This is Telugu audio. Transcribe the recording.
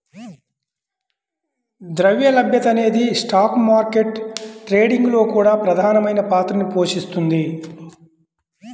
ద్రవ్య లభ్యత అనేది స్టాక్ మార్కెట్ ట్రేడింగ్ లో కూడా ప్రధానమైన పాత్రని పోషిస్తుంది